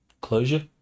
closure